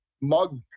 mug